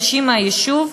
אנשים מן היישוב,